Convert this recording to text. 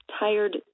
tired